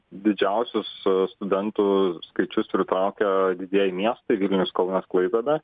didžiausius studentų skaičius pritraukia didieji miestai vilnius kaunas klaipėda